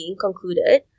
concluded